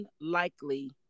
unlikely